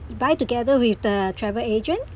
buy together with the travel agent